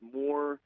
more